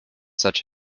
such